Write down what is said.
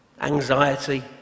anxiety